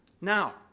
Now